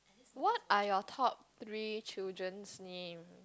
what are your top three children's name